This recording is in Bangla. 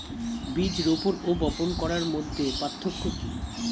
বীজ রোপন ও বপন করার মধ্যে পার্থক্য কি?